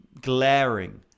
glaring